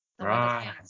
Right